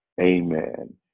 amen